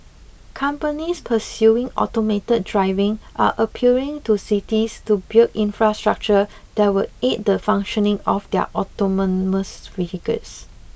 companies pursuing automated driving are appealing to cities to build infrastructure that will aid the functioning of their autonomous vehicles